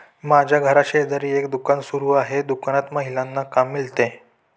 माझ्या घराशेजारी एक दुकान सुरू आहे दुकानात महिलांना काम मिळते